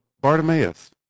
Bartimaeus